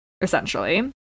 essentially